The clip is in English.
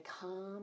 calm